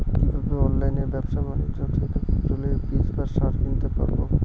কীভাবে অনলাইন ব্যাবসা বাণিজ্য থেকে ফসলের বীজ বা সার কিনতে পারবো?